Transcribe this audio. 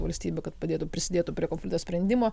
valstybių kad padėtų prisidėtų prie konflikto sprendimo